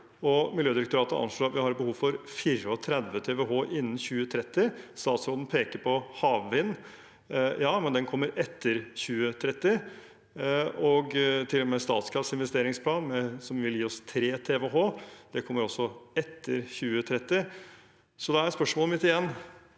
Miljødirektoratet anslår at vi har behov for 34 TWh innen 2030. Statsråden peker på havvind. Ja, men den kommer etter 2030, og også Statkrafts investeringsplan, som vil gi oss 3 TWh, kommer etter 2030. Så da er spørsmålet mitt igjen: